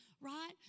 right